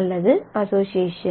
அல்லது அஸோஸியேஷன்